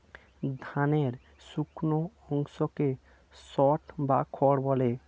ধানের শুকনো অংশকে স্ট্র বা খড় বলে